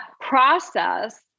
process